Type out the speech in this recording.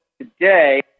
today